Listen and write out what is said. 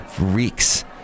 reeks